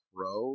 Pro